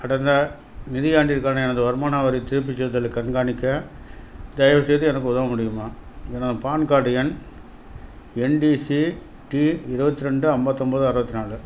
கடந்த நிதியாண்டிற்கான எனது வருமான வரி திருப்பிச் செலுத்துதலைக் கண்காணிக்க தயவுசெய்து எனக்கு உதவ முடியுமா எனது பான் கார்டு எண் என்டிசிடி இருபத்து ரெண்டு அம்பத்தொம்பது அறுபத்து நாலு